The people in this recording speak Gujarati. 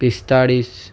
પિસ્તાળીસ